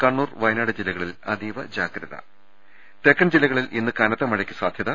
കണ്ണൂർ വയനാട് ജില്ലകളിൽ അതീവ ജാഗ്രത തെക്കൻ ജില്ലകളിൽ ഇന്ന് കനത്ത മഴയ്ക്ക് സാധൃത